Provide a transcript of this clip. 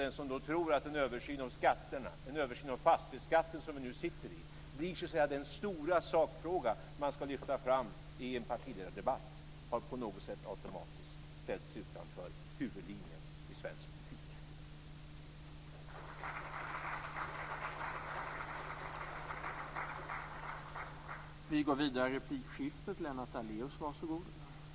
Den som tror att en översyn av skatterna - en översyn av fastighetsskatten, som vi nu sitter i - blir den stora sakfråga man ska lyfta fram i en partiledardebatt har på något sätt automatiskt ställt sig utanför huvudlinjen i svensk politik.